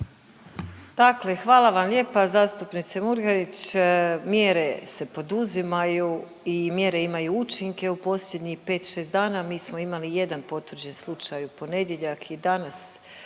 Dakle hvala vam lijepa zastupnice Murganić, mjere se poduzimaju i mjere imaju učinke, u posljednjih 5-6 dana mi smo imali jedan potvrđen slučaj u ponedjeljak i danas.